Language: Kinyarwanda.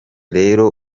rero